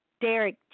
Derek